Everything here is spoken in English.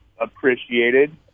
appreciated